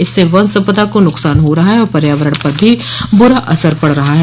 इससे वन संपदा को नुकसान हो रहा है और पर्यावरण पर भी बुरा असर पड़ रहा है